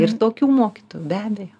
ir tokių mokytojų be abejo